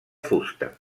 fusta